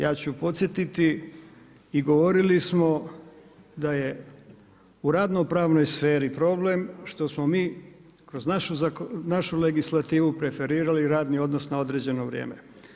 Ja ću podsjetiti i govorili smo da je u radno pravnoj sferi problem, što smo mi kroz našu legislativu preferirali radni odnos na određeno vrijeme.